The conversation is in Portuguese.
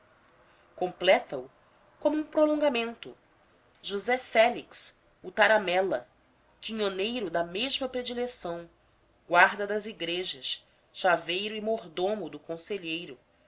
completao como um prolongamento josé félix o taramela quinhoneiro da mesma predileção guarda das igrejas chaveiro e mordomo do conselheiro